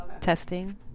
Testing